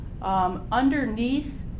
Underneath